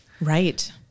right